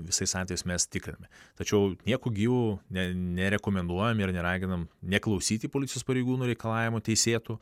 visais atvejais mes tikriname tačiau nieku gyvu ne nerekomenduojam ir neraginam neklausyti policijos pareigūnų reikalavimų teisėtų